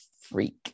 freak